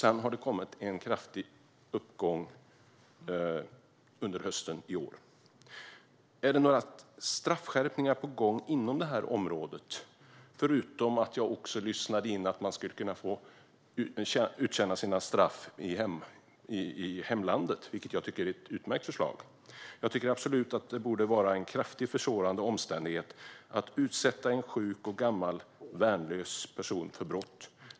Sedan har det kommit en kraftig uppgång under hösten i år. Finns det några straffskärpningar på gång inom området? Jag lyssnade in att man skulle kunna få avtjäna sina straff i hemlandet, vilket är ett utmärkt förslag. Jag tycker absolut att det bör vara en kraftigt försvårande omständighet att utsätta en sjuk, gammal eller värnlös person för brott.